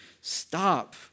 stop